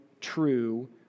true